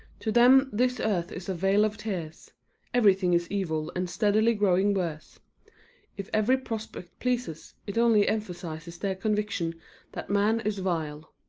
to them this earth is a vale of tears everything is evil and steadily growing worse if every prospect pleases it only emphasizes their conviction that man is vile.